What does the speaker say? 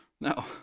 No